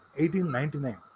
1899